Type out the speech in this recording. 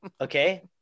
Okay